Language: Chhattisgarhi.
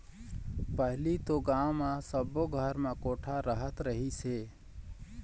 पहिली तो गाँव म सब्बो घर म कोठा रहत रहिस हे